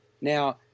Now